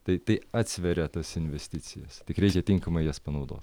tai tai atsveria tas investicijas tik reikia tinkamai jas panaudot